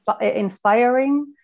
inspiring